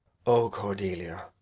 o cordelia.